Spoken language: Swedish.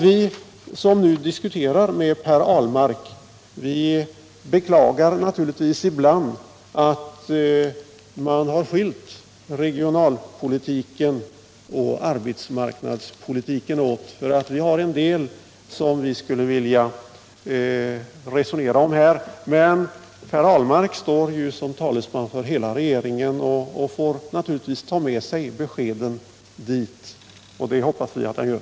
Vi som nu diskuterar med Per Ahlmark beklagar ibland att man skilt regionalpolitiken och arbetsmarknadspolitiken åt, för där har vi en del som vi skulle vilja resonera om. Men Per Ahlmark står ju här som talesman för hela regeringen, och han får naturligtvis ta med sig beskeden till sina regeringskolleger. Det hoppas vi också att han gör.